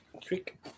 Trick